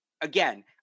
again